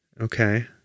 Okay